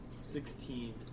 Sixteen